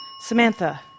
Samantha